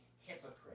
hypocrite